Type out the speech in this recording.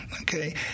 Okay